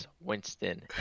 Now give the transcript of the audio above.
Winston